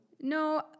No